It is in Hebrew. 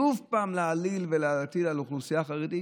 שוב פעם להעליל ולהטיל על אוכלוסייה חרדית,